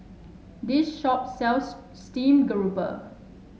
this shop sells Steamed Grouper